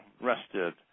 rested